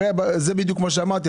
הרי זה בדיוק כמו שאמרתי,